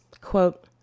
quote